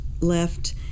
left